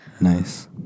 Nice